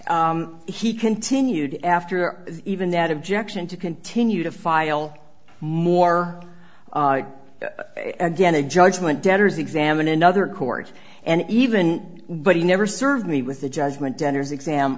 he continued after even that objection to continue to file more again a judgment debtors examine another court and even but he never served me with the judgment debtors exam